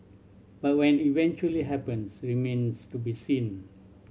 but what eventually happens remains to be seen